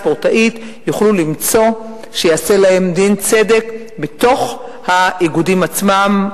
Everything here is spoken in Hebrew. ספורטאית יוכלו למצוא שייעשה להם דין צדק בתוך האיגודים עצמם.